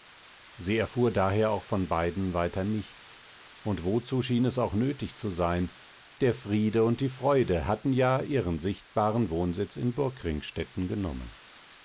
sie erfuhr daher auch von beiden weiter nichts und wozu schien es auch nötig zu sein der friede und die freude hatten ja ihren sichtbaren wohnsitz in burg ringstetten genommen